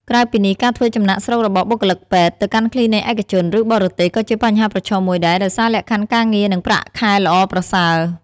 ក្រៅពីនេះ ការធ្វើចំណាកស្រុករបស់បុគ្គលិកពេទ្យ ទៅកាន់គ្លីនិកឯកជន ឬបរទេស ក៏ជាបញ្ហាប្រឈមមួយដែរ ដោយសារលក្ខខណ្ឌការងារ និងប្រាក់ខែល្អប្រសើរ។